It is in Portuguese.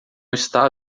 está